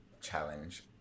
challenge